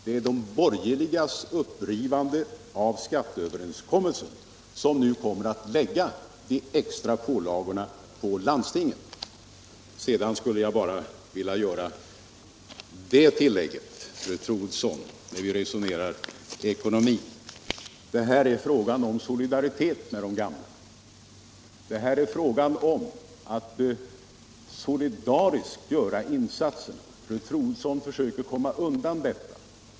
Det är de borgerligas upprivande av skatteöverenskommelsen som nu kommer att lägga de extra pålagorna på landstingen. Sedan skulle jag, fru Troedsson, bara vilja göra det tillägget när det gäller ekonomi att det här är en fråga om solidaritet med de gamla — att solidariskt göra insatserna. Fru Troedsson försöker komma undan detta.